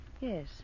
Yes